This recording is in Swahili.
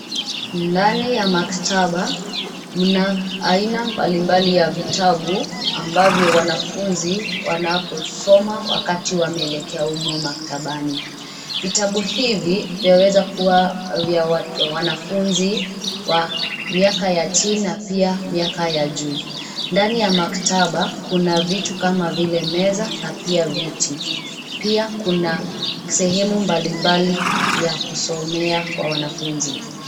Ndani ya maktaba, mna, aina mbalimbali ya vitabu, ambavyo wanafunzi, wanaposoma wakati wameelekea humo maktabani. Vitabu hivi vyaweza kuwa vya wanafunzi, wa miaka ya chini na pia miaka ya juu. Ndani ya maktaba kuna vitu kama vile meza na pia viti. Pia kuna, sehemu mbali mbali, ya kusomea kwa wanafunzi.